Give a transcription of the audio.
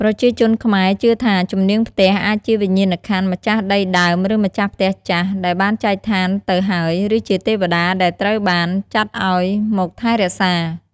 ប្រជាជនខ្មែរជឿថាជំនាងផ្ទះអាចជាវិញ្ញាណក្ខន្ធម្ចាស់ដីដើមឬម្ចាស់ផ្ទះចាស់ដែលបានចែកឋានទៅហើយឬជាទេវតាដែលត្រូវបានចាត់ឲ្យមកថែរក្សា។